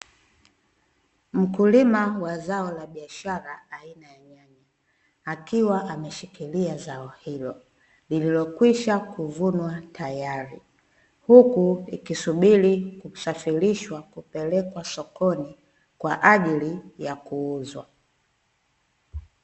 Mkulima wa zao la biashara aina ya nyanya akiwa ameshikilia zao hilo lililokwisha kuvunwa tayari. Huku ikisuburi kusafirishwa kupelekwa sokoni kwa ajili ya kuuzwa.